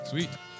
Sweet